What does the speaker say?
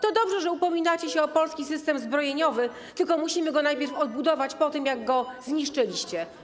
To dobrze, że upominacie się o polski system zbrojeniowy, tyle że musimy go najpierw odbudować po tym, jak go zniszczyliście.